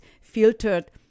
filtered